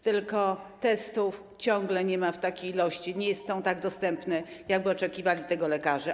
Tylko testów ciągle nie ma w takiej ilości, nie są tak dostępne, jak by oczekiwali lekarze.